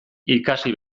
ikasi